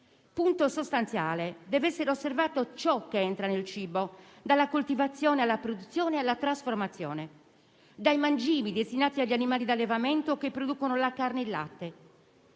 Punto sostanziale: deve essere osservato ciò che entra nel cibo, dalla coltivazione alla produzione e alla trasformazione, fino ai mangimi destinati agli animali d'allevamento che producono la carne e il latte.